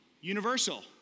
Universal